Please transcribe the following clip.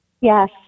Yes